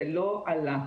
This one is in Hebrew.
זה לא עלה.